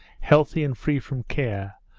healthy and free from care,